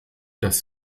das